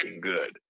good